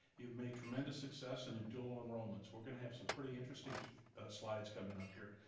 you've made tremendous success in a dual enrollment. we're gonna have some pretty interesting slides coming up here,